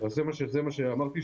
אמרנו,